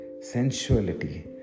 sensuality